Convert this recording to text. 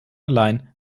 allein